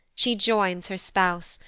she joins her spouse,